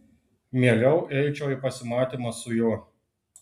mieliau eičiau į pasimatymą su juo